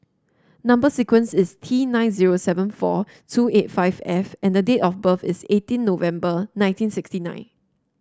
number sequence is T nine zero seven four two eight five F and date of birth is eighteen November nineteen sixty nine